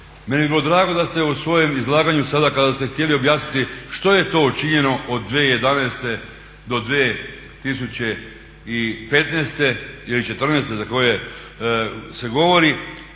Meni bi bilo drago da ste u svojem izlaganju sada kada ste htjeli objasniti što je to učinjeno od 2011. do 2015. ili 2014. za koju se govori.